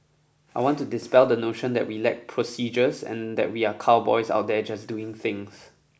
I want to dispel the notion that we lack procedures and that we are cowboys out there just doing things